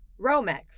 Romex